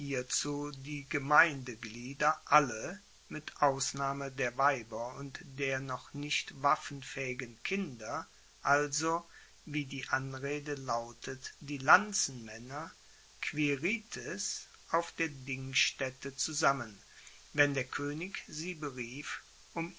die gemeindeglieder alle mit ausnahme der weiber und der noch nicht waffenfaehigen kinder also wie die anrede lautet die lanzenmaenner quirites auf der dingstaette zusammen wenn der koenig sie berief um